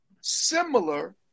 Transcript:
similar